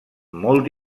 molt